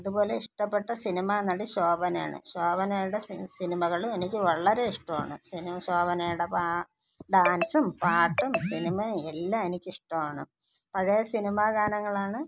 അതുപോലെ ഇഷ്ടപ്പെട്ട സിനിമാനടി ശോഭനയാണ് ശോഭനയുടെ സിനിമകളും എനിക്ക് വളരെ ഇഷ്ടമാണ് സിനിമ ശോഭനയുടെ പാ ഡാൻസും പാട്ടും സിനിമയും എല്ലാം എനിക്കിഷ്ടമാണ് പഴയ സിനിമാഗാനങ്ങളാണ്